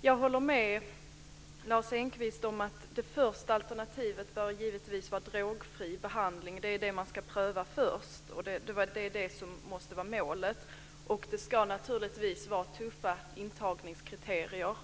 Jag håller med Lars Engqvist om att det första alternativet givetvis bör vara drogfri behandling. Det är det man ska pröva först. Det är det som måste vara målet. Det ska naturligtvis vara tuffa intagningskriterier.